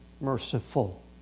merciful